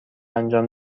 انجام